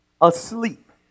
asleep